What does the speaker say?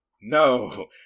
no